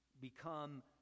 become